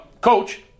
coach